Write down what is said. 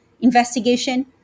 investigation